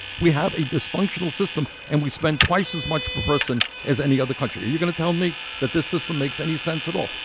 we have a dysfunctional system. and we spend twice as much per person as any other country. are you going to tell me that this system makes any sense at all?